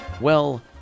Well